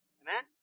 Amen